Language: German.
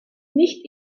nicht